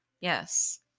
yes